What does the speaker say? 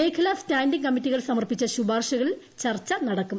മേഖലാ സ്റ്റാൻഡിംഗ് കമ്മിറ്റികൾ സമർപ്പിച്ച ശുപാർശകളിൽ ചർച്ച നടക്കും